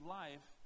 life